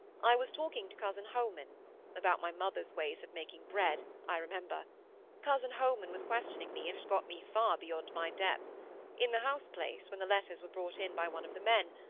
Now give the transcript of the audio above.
i was talking to cousin holman about my mother's ways of making bread, i remember cousin holman was questioning me, and had got me far beyond my depth in the house-place, when the letters were brought in by one of the men,